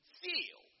feel